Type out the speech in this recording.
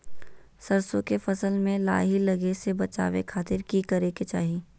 सरसों के फसल में लाही लगे से बचावे खातिर की करे के चाही?